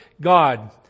God